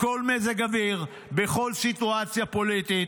בכל מזג אוויר ובכל סיטואציה פוליטית.